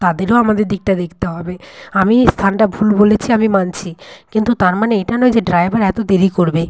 তাদেরও আমাদের দিকটা দেখতে হবে আমি স্থানটা ভুল বলেছি আমি মানছি কিন্তু তার মানে এটা নয় যে ড্রাইভার এত দেরি করবে